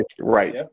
right